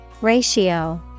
Ratio